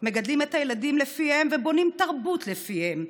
מגדלים את הילדים לפיהם ובונים תרבות לפיהם.